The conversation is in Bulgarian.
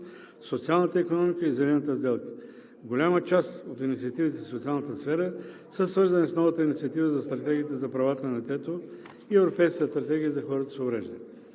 социалната икономика и зелената сделка. Голяма част от инициативите в социалната сфера са свързани с новата инициатива за Стратегията за правата на детето и Европейската стратегия за хората с увреждания.